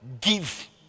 Give